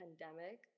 pandemic